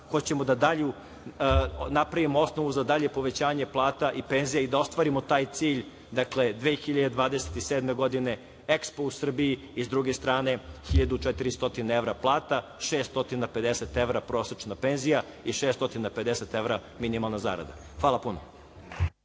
hoćemo da napravimo osnovu za dalje povećanje plata i penzija i da ostvarimo taj cilj, dakle, 2027. godine, Ekspo u Srbiji i s druge strane 1.400 evra plata, 650 evra prosečna penzija i 650 evra minimalna zarada. Hvala puno.